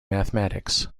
mathematics